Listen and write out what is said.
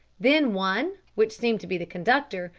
then one, which seemed to be the conductor,